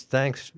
Thanks